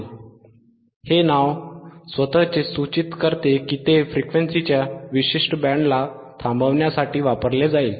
हे नाव band stop filter स्वतःच सूचित करते की ते फ्रिक्वेन्सीच्या विशिष्ट बँडला थांबवण्यासाठी वापरले जाईल